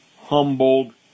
humbled